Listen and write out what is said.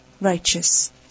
righteous